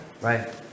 Right